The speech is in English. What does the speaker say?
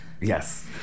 Yes